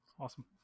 Awesome